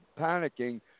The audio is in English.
panicking